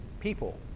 people